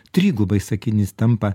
trigubai sakinys tampa